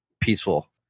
peaceful